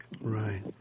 Right